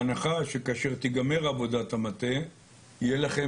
בהנחה שכאשר תיגמר עבודת המטה יהיה לכם